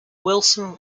wilson